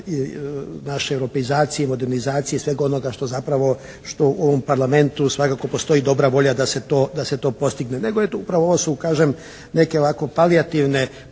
naše europeizacije, modernizacije i svega onoga što zapravo što u ovom parlamentu svakako postoji dobra volja da se to postigne. Nego eto upravo ovo su kažem neke ovako palijativne